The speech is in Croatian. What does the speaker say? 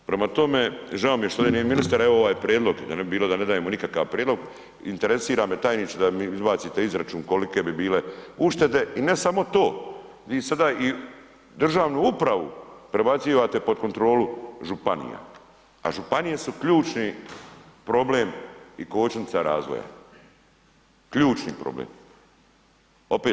Prema tome, žao mi je što ovdje nije ministar evo ovaj prijedlog, da ne bi bilo da ne dajemo nikakav prijedlog, interesira me tajniče da mi izbacite izračun kolike bi bile uštede i ne samo to, vi sada i državnu upravu prebacivate pod kontrolu županija, a županije su ključni problem i kočnica razvoja, ključni problem.